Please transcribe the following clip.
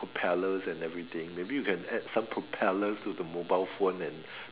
propellers and everything maybe you can add some propellers to the mobile phone and